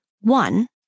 one